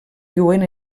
viuen